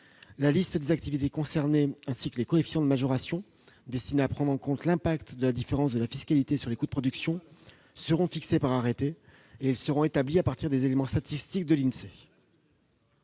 La liste des activités concernées, ainsi que les coefficients de majoration destinés à prendre en compte l'impact de la différence de la fiscalité sur les coûts de production, seront fixés par arrêté et seront établis à partir des éléments statistiques de l'INSEE.